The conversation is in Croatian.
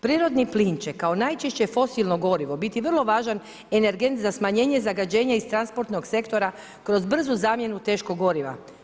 Prirodni plin će, kao najčešće fosilno gorivo, biti vrlo važan energent za smanjenje zagađenja iz transportnog sektora kroz brzu zamjenu teškog goriva.